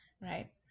right